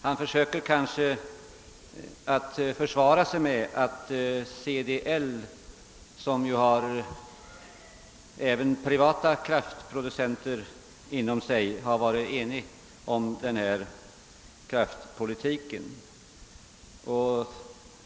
Han försöker kanske försvara sig med att centrala driftledningen, som har även privata kraftproducenter inom sig, har varit enig om kraftpolitiken.